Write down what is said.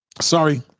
Sorry